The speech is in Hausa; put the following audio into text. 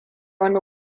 wani